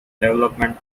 development